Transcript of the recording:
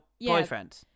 boyfriend